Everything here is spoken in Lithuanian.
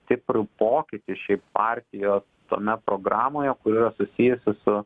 stiprų pokytį šiaip partijos tame programoje kur yra susijusi su